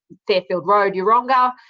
fairfield road, yeronga.